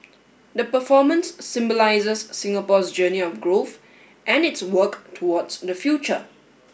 the performance symbolises Singapore's journey of growth and its work towards the future